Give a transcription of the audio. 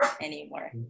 anymore